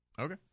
Okay